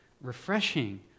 refreshing